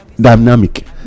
dynamic